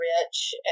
rich